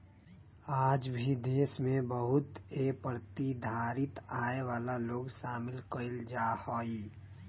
आज भी देश में बहुत ए प्रतिधारित आय वाला लोग शामिल कइल जाहई